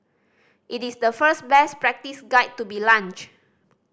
it is the first best practice guide to be launched